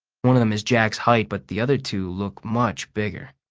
one of them is jack's height but the other two look much bigger,